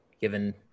given